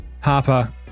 Harper